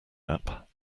app